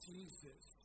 Jesus